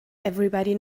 everybody